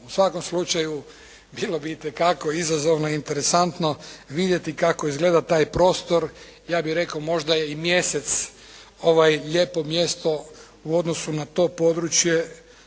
U svakom slučaju bilo bi itekako izazovno i interesantno vidjeti kako izgleda taj prostor, ja bih rekao možda je i Mjesec lijepo mjesto u odnosu na to područje